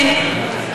ה-19,